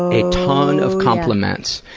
a ton of compliments.